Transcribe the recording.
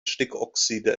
stickoxide